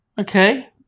Okay